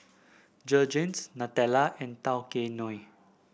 Jergens Nutella and Tao Kae Noi